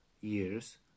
years